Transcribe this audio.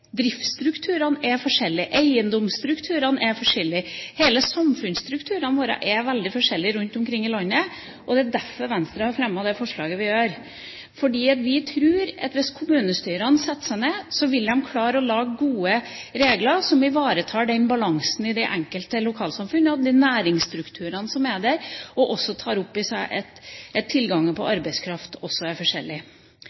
driftsstrukturene er forskjellige, eiendomsstrukturene er forskjellige, hele samfunnsstrukturene våre er veldig forskjellige rundt omkring i landet, og det er derfor Venstre har fremmet dette forslaget. Vi tror at hvis kommunestyrene setter seg ned, så vil de klare å lage gode regler som ivaretar balansen i de enkelte lokalsamfunnene, de næringsstrukturene som er der, og at de tar opp i seg at tilgangen på